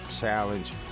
challenge